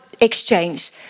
exchange